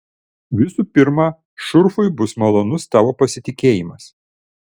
visų pirma šurfui bus malonus tavo pasitikėjimas